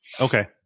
Okay